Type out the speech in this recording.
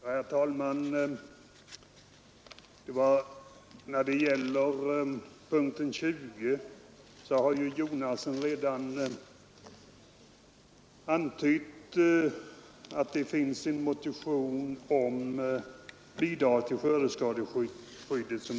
Herr talman! När det gäller punkten 20 har herr Jonasson redan antytt att vi i utskottet haft att behandla en motion om bidrag till skördeskadeskyddet.